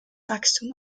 wachstum